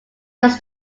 does